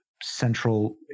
central